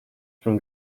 from